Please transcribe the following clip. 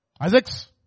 Isaacs